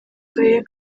karere